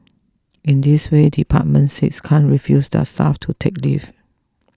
in this way department six can't refuse their staff to take leave